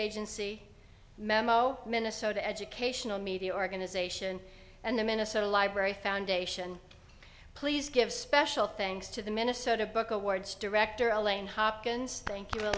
agency memo minnesota educational media organization and the minnesota library foundation please give special thanks to the minnesota book awards director elaine hopkins thank you